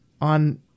on